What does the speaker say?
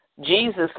Jesus